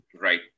Right